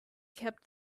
kept